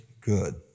good